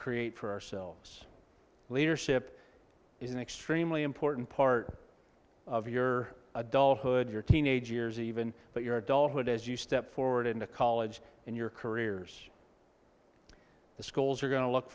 create for ourselves leadership is an extremely important part of your adulthood your teenage years even but your adulthood as you step forward into college and your careers the schools you're going to look